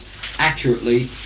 accurately